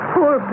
Poor